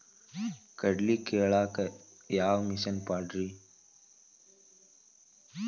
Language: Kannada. ಕಡ್ಲಿ ಕೇಳಾಕ ಯಾವ ಮಿಷನ್ ಪಾಡ್ರಿ?